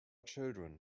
children